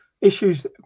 issues